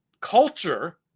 culture